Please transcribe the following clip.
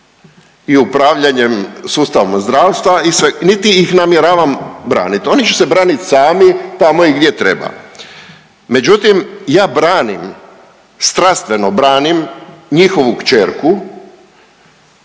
i upravljanjem sustavima zdravstva i sve, niti ih namjeravam braniti, oni će se braniti sami tamo i gdje treba. Međutim, ja branim strastveno branim njihovu kćerku